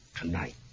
tonight